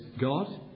God